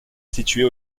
située